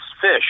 fish